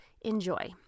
enjoy